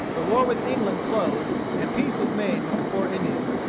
the war with england closed, and peace was made with the poor indians,